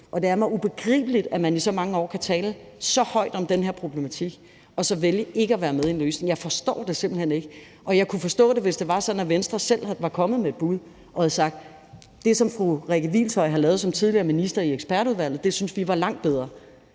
og det er mig ubegribeligt, at man i så mange år kan tale så højt om den her problematik og så vælge ikke at være med i en løsning. Jeg forstår det simpelt hen ikke. Jeg kunne forstå det, hvis det var sådan, at Venstre selv var kommet med et bud og havde sagt, at man syntes, at det, som fru Rikke Hvilshøj som tidligere minister lavede i ekspertudvalget, var langt bedre,